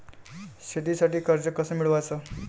शेतीसाठी कर्ज कस मिळवाच?